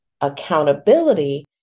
accountability